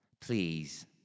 please